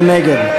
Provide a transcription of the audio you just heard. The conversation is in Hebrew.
מי נגד?